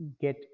get